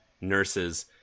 nurses